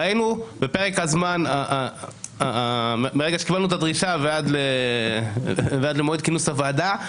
ראינו בפרק הזמן מרגע שקיבלנו את הדרישה ועד למועד כינוס הוועדה,